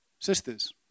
sisters